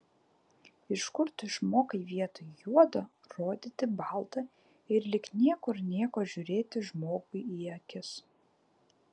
iš kur tu išmokai vietoj juodo rodyti balta ir lyg niekur nieko žiūrėti žmogui į akis